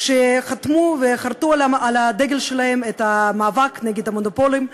שחתמו וחרתו על דגלן את המאבק נגד המונופולים,